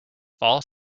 fall